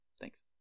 Thanks